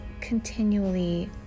continually